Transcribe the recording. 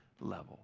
level